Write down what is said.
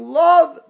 love